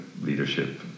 leadership